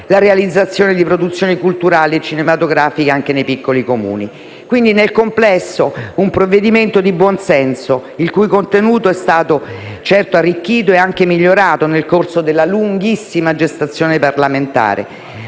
la realizzazione di produzioni culturali e cinematografiche anche nei piccoli Comuni. Nel complesso, quindi, si tratta di un provvedimento di buon senso, il cui contenuto è stato certo arricchito e migliorato nel corso della lunga gestazione parlamentare,